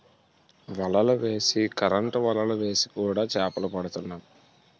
వలలు వేసి కరెంటు వలలు వేసి కూడా చేపలు పడుతున్నాం